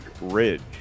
Ridge